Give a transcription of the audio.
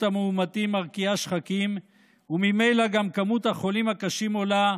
המאומתים מרקיעה שחקים וממילא גם כמות החולים הקשים עולה,